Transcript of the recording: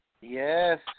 Yes